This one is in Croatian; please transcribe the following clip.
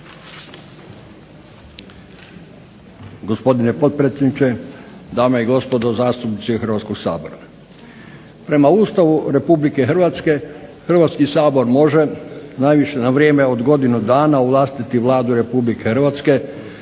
Hrvatski sabor može najviše na vrijeme od godinu dana ovlastiti Vladu Republike Hrvatske